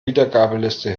wiedergabeliste